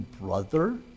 brother